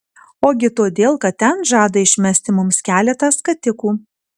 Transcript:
ogi todėl kad ten žada išmesti mums keletą skatikų